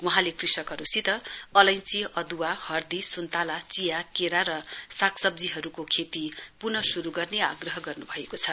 वहाँले कृषकहरूसित अलैंची अद्वा हर्दी सुन्तला चिया केरा र सागसब्जीहरूको खेती पुन शुरू गर्ने आग्रह गर्नु भएको छ